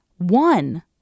One